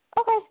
Okay